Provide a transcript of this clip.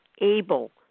able